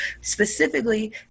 specifically